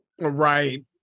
right